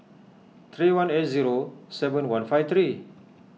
three one eight zero seven one five three